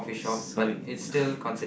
so